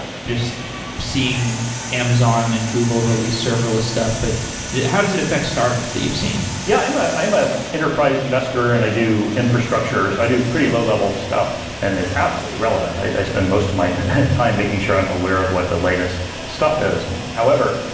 just seeing amazon and google release serverless stuff. but how does it affect startups that you've seen? yeah. i'm i'm a enterprise investor and i do infrastructure. i do pretty low-level stuff and it's absolutely relevant. i spend most my time making sure i'm aware of what the latest stuff is. however,